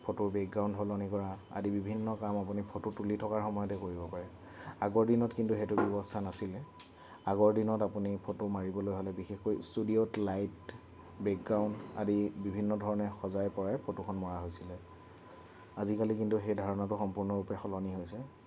ফটোৰ বেকগ্ৰাউণ্ড সলনি কৰা আদি বিভিন্ন কাম আপুনি ফটো তুলি থকাৰ সময়তে কৰিব পাৰে আগৰ দিনত কিন্তু সেইটো ব্যৱস্থা নাছিলে আগৰ দিনত আপুনি ফটো মাৰিবলৈ হ'লে বিশেষকৈ ষ্টুডিঅ'ত লাইট বেকগ্ৰাউণ্ড আদি বিভিন্ন ধৰণে সজাই পৰাই ফটোখন মৰা হৈছিলে আজিকালি কিন্তু সেই ধাৰণাটো সম্পূৰ্ণৰূপে সলনি হৈছে